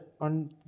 on